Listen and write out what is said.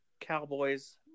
Cowboys